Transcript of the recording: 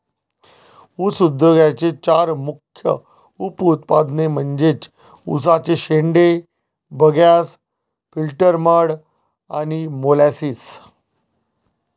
ऊस उद्योगाचे चार मुख्य उप उत्पादने म्हणजे उसाचे शेंडे, बगॅस, फिल्टर मड आणि मोलॅसिस